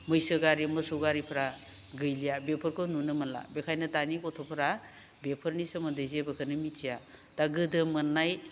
मैसो गारि मोसौ गारिफोरा गैलिया बेफोरखौ नुनोमोनला बेखायनो दानि गथ'फोरा बेफोरनि सोमोन्दै जेबोखोनो मिथिया दा गोदो मोननाय